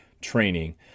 training